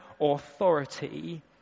authority